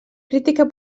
crítica